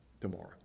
tomorrow